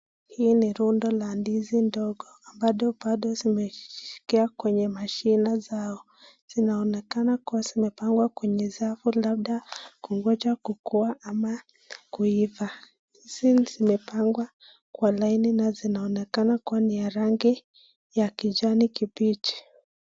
Hii ni rundo la ndizi ndogo ambalo bado zimeshikia kwenye mashina zao. Zinaonekana kuwa zimepangwa kwenye safu labda kungoja kukua ama kuiva since zimepangwa kwa laini na zinaonekana kuwa ni ya rangi ya kijani kibichi.